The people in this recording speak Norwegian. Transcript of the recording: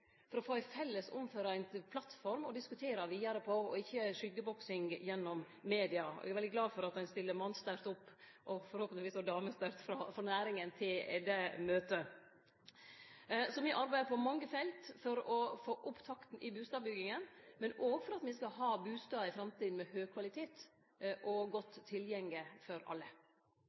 for å få ei felles omforeint plattform å diskutere vidare på – og ikkje skuggeboksing gjennom media. Eg er veldig glad for at ein stiller mannsterkt – og forhåpentlegvis også damesterkt – opp frå næringa på det møtet. Så me arbeider på mange felt for å få opp takta i bustadbygginga, slik at me skal ha bustader i framtida med høg kvalitet og godt tilgjenge for alle.